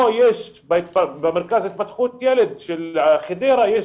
או יש במרכז להתפתחות הילד בחדרה יש